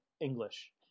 English